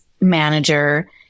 manager